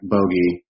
Bogey